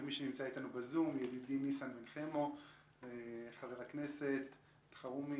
ולמי שנמצא אתנו בזום ידידי ניסן בן חמו וחבר הכנסת אלחרומי.